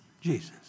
Jesus